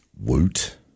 Woot